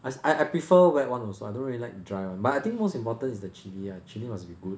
I I prefer wet one also I don't really like dry one I think most important is the chilli ah chilli must be good